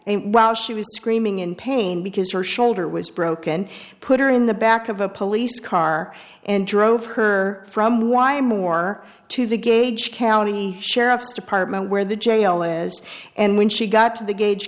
while she was screaming in pain because her shoulder was broken put her in the back of a police car and drove her from why more to the gage county sheriff's department where the jail is and when she got to the gage